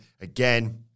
again